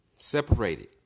separated